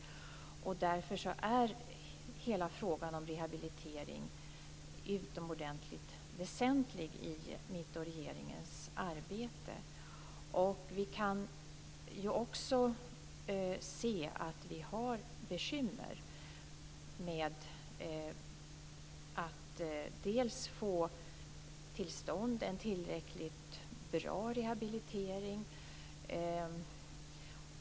Därför är hela frågan om rehabilitering utomordentligt väsentlig i mitt och regeringens arbete. Vi kan också se att vi har bekymmer med att få till stånd en tillräckligt bra rehabilitering.